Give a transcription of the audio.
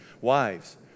wives